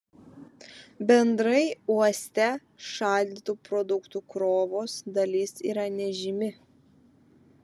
bendrai uoste šaldytų produktų krovos dalis yra nežymi